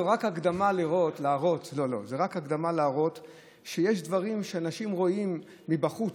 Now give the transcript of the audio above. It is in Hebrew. זו רק הקדמה להראות שיש דברים שאנשים רואים מבחוץ,